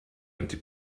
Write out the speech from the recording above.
empty